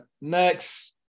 Next